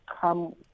come